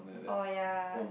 oh ya